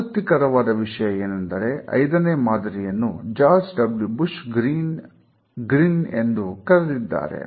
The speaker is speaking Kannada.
ಆಸಕ್ತಿಕರವಾದ ವಿಷಯ ಏನೆಂದರೆ ಐದನೇ ಮಾದರಿಯನ್ನು ಜಾರ್ಜ್ ಡಬ್ಲ್ಯೂ ಬುಷ್ ಗ್ರಿನ್ ಅವರು ಎಂದು ಕರೆದಿದ್ದಾರೆ